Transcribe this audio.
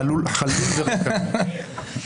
זה מה שנשאר להם, חלול וריקני.